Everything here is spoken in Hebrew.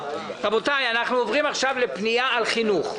רבותי, אנחנו עוברים עכשיו לפנייה של משרד החינוך,